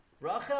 Rachel